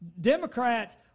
Democrats